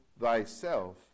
thyself